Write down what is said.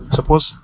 Suppose